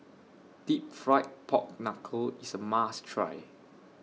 Deep Fried Pork Knuckle IS A must Try